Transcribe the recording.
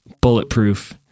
Bulletproof